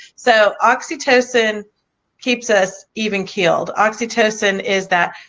so oxytocin keeps us even keeled, oxytocin is that.